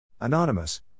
Anonymous